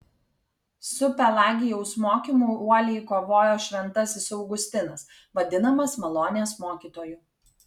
su pelagijaus mokymu uoliai kovojo šventasis augustinas vadinamas malonės mokytoju